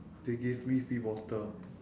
they gave me free water